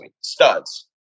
studs